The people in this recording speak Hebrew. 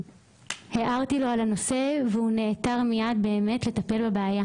הערתי לו על הנושא והוא נעתר מיד באמת לטפל בבעיה.